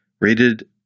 Rated